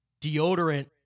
deodorant